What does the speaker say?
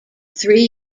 three